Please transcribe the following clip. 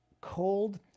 cold